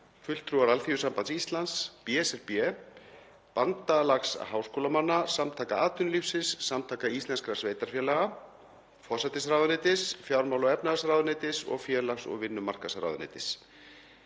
fulltrúar Alþýðusambands Íslands, BSRB, Bandalags háskólamanna, Samtaka atvinnulífsins, Samtaka íslenskra sveitarfélaga, forsætisráðuneytis, fjármála- og efnahagsráðuneytis og félags- og vinnumarkaðsráðuneytis.